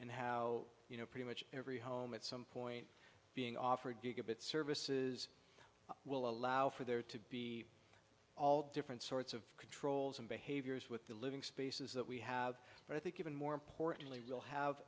and how you know pretty much every home at some point being offered gigabit services will allow for there to be all different sorts of controls and behaviors with the living spaces that we have but i think even more importantly will have